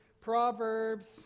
Proverbs